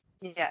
Yes